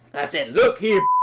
i said look here!